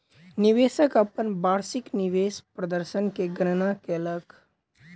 निवेशक अपन वार्षिक निवेश प्रदर्शन के गणना कयलक